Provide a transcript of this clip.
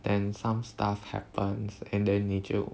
then some stuff happens and then 你就